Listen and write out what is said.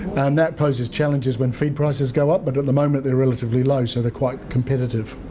and that poses challenges when feed prices go up, but at the moment they're relatively low so they're quite competitive.